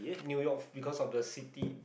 new-york because of the city